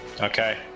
Okay